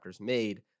made